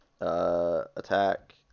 Attack